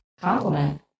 Compliment